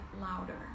louder